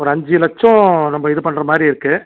ஒரு அஞ்சு லட்சம் நம்ம இது பண்ணுற மாதிரி இருக்குது